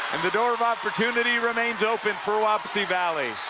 and the door of opportunity remains open for wapsie valley.